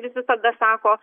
visi tada sako